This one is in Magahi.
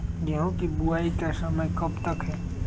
गेंहू की बुवाई का समय कब तक है?